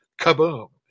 Kaboom